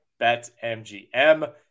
BetMGM